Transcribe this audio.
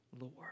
Lord